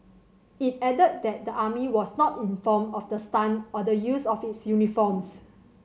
it added that the army was not informed of the stunt or the use of its uniforms